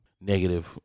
negative